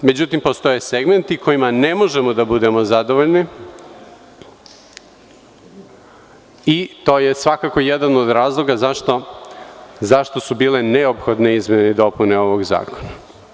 Međutim, postoje segmenti kojima ne možemo da budemo zadovoljni i to je svakako jedan od razloga zašto su bile neophodne izmene i dopune ovog zakona.